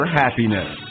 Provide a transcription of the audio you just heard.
happiness